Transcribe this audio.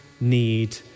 need